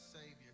Savior